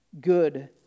good